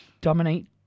dominate